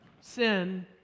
sin